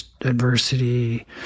adversity